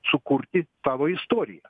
sukurti tavo istoriją